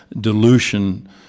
dilution